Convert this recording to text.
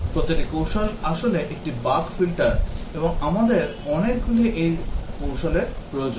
প্রতিটি কৌশল আসলে একটি বাগ ফিল্টার এবং আমাদের অনেকগুলি এই কৌশলের প্রয়োজন